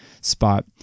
spot